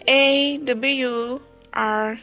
awr